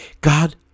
God